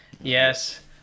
Yes